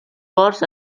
forts